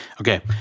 Okay